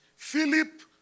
Philip